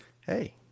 hey